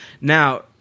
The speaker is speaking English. now